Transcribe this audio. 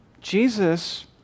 Jesus